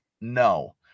No